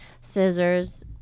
Scissors